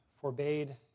forbade